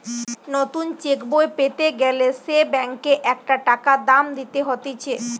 নতুন চেক বই পেতে গ্যালে সে ব্যাংকে একটা টাকা দাম দিতে হতিছে